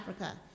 Africa